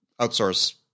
outsource